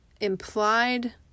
implied